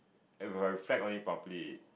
if I reflect on it properly